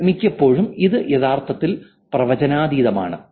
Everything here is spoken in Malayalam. എന്നാൽ മിക്കപ്പോഴും ഇത് യഥാർത്ഥത്തിൽ പ്രവചനാതീതമാണ്